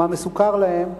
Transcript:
מה מסוכר להם,